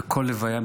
וכל לוויה,